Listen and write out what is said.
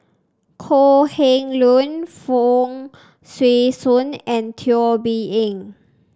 Kok Heng Leun Fong Swee Suan and Teo Bee Yen